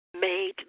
made